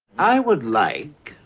i would like.